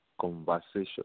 conversation